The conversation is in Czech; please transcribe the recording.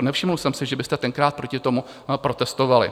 Nevšiml jsem si, že byste tenkrát proti tomu protestovali.